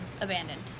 abandoned